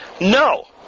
No